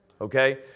okay